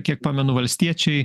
kiek pamenu valstiečiai